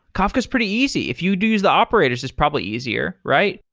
kafka is pretty easy. if you do use the operators, it's probably easier, right?